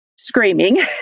screaming